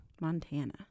Montana